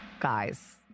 guys